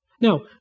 Now